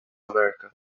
america